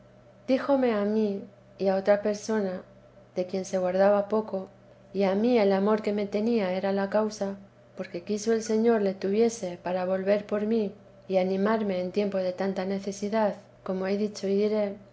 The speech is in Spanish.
díjome a mí y a otra persona de quien se guardaba poco y a mí el amor que me tenía era la causa porque quiso el señor le tuviese para volver por mí y animarme en tiempo de tanta necesidad como he dicho y diré